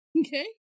Okay